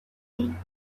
thing